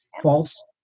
false